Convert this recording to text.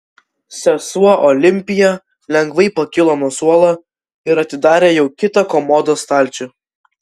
sesuo olimpija lengvai pakilo nuo suolo ir atidarė jau kitą komodos stalčių